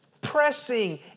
Pressing